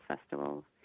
festival